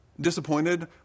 Disappointed